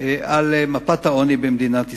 על מפת העוני במדינת ישראל.